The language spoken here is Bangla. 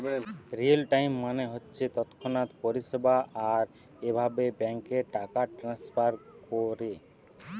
রিয়েল টাইম মানে হচ্ছে তৎক্ষণাৎ পরিষেবা আর এভাবে ব্যাংকে টাকা ট্রাস্নফার কোরে